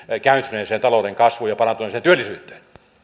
käynnistyneeseen talouden kasvuun ja parantuneeseen työllisyyteen